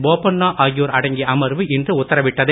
போபண்ணா ஆகியோர் அடங்கிய அமர்வு இன்று உத்தாவிட்டது